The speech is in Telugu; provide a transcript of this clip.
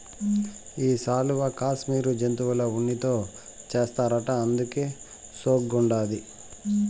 ఈ శాలువా కాశ్మీరు జంతువుల ఉన్నితో చేస్తారట అందుకే సోగ్గుండాది